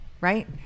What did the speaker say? right